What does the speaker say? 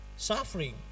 suffering